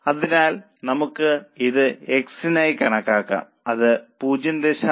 അതിനാൽ നമുക്ക് ഇത് X നായി കണക്കാക്കാം അത് 0